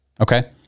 Okay